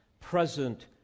Present